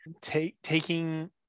taking